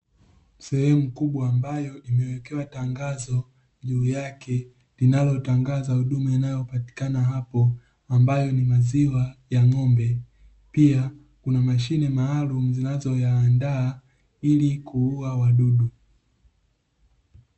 Sehemu kubwa ambayo imewekewa tangazo juu yake linalotangaza huduma inayopatikana hapo, ambayo ni maziwa ya ng'ombe. Pia, kuna mashine maalumu zinazoyaandaa ili kuua wadudu.